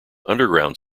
underground